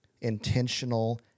intentional